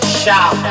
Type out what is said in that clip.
shout